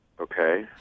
Okay